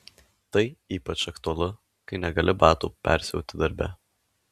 tai ypač aktualu kai negali batų persiauti darbe